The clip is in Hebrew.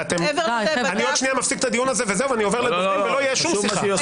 אני עוד שנייה מפסיק את הדיון ועובר לדוברים ולא תהיה שום שיחה.